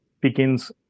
begins